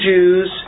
Jews